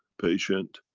patient,